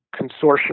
consortium